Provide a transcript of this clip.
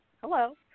Hello